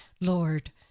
Lord